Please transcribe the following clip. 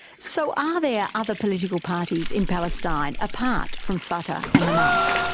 so are there other political parties in palestine apart from fatah and hamas?